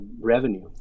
revenue